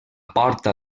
porta